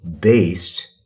based